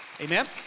Amen